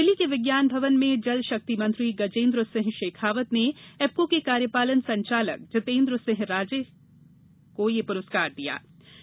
दिल्ली के विज्ञान भवन में जल शक्ति मंत्री गजेन्द्र सिंह शेखावत ने एप्को के कार्यपालन संचालक जीतेन्द्र सिंह राजे ने पुरस्कार प्राप्त किया